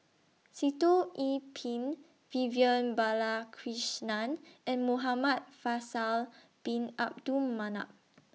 Sitoh Yih Pin Vivian Balakrishnan and Muhamad Faisal Bin Abdul Manap